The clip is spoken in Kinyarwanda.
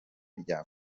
rya